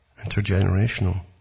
intergenerational